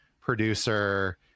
producer